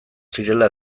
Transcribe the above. zirela